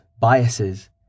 biases